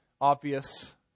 obvious